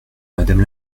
madame